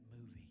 movie